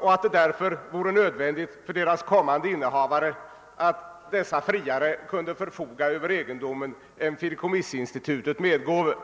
och att det därför vore nödvändigt för deras kommande innehavare att friare kunna förfoga över egendomen än fideikommissinstitutet medgåve.